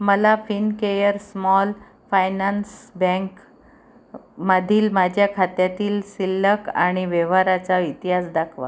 मला फिनकेअर स्मॉल फायनान्स बँकमधील माझ्या खात्यातील शिल्लक आणि व्यवहाराचा इतिहास दाखवा